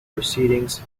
proceedings